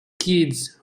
kids